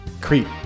Crete